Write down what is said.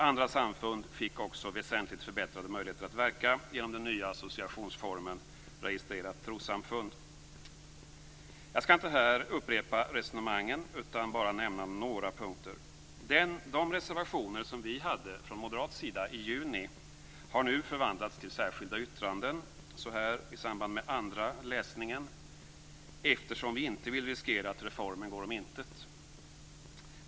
Andra samfund fick också väsentligt förbättrade möjligheter att verka genom den nya associationsformen registrerat trossamfund. Jag skall inte här upprepa resonemangen, utan bara nämna några punkter. De reservationer som vi hade från moderat sida i juni har förvandlats till särskilda ytranden i samband med andra läsningen, eftersom vi inte vill riskera att reformen går om intet.